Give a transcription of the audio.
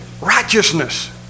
Righteousness